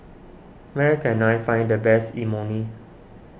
where can I find the best Imoni